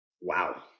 Wow